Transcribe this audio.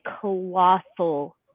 colossal